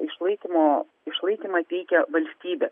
išlaikymo išlaikymą teikia valstybė